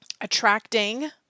attracting